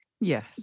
Yes